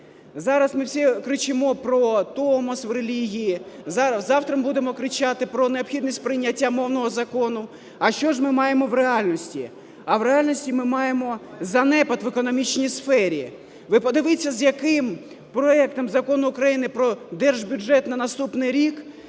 Зараз ми всі кричимо проТомос в релігії, завтра ми будемо кричати про необхідність прийняття мовного закону. А що ж ми маємо в реальності? А в реальності ми маємо занепад в економічній сфері. Ви подивіться, з яким проектом Закону України про держбюджет на наступний рік